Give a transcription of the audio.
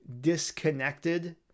disconnected